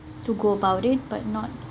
to go about it but not